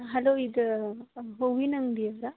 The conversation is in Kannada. ಹಲೋ ಇದು ಹೂವಿನ ಅಂಗಡಿ ಅವರಾ